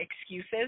excuses